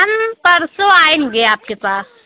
हम परसो आएँगे आपके पास